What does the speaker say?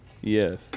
Yes